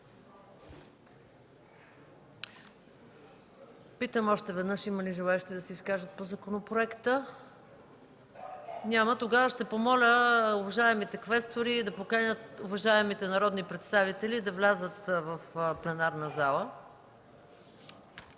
Питам още веднъж: има ли желаещи да се изкажат по законопроекта? Няма. Тогава ще помоля уважаемите квестори да поканят уважаемите народни представители да влязат в пленарната зала.